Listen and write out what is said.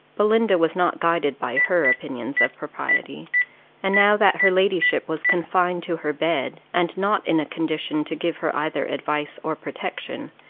belinda was not guided by her opinions of propriety and now that her ladyship was confined to her bed, and not in a condition to give her either advice or protection,